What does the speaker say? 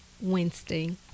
Wednesday